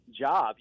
job